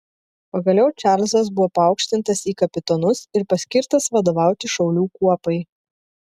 pagaliau čarlzas buvo paaukštintas į kapitonus ir paskirtas vadovauti šaulių kuopai